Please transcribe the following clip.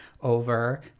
over